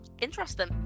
Interesting